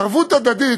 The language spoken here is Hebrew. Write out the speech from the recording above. ערבות הדדית,